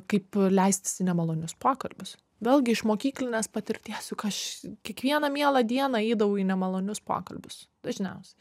kaip leistis į nemalonius pokalbius vėlgi iš mokyklinės patirties juk aš kiekvieną mielą dieną eidavau į nemalonius pokalbius dažniausiai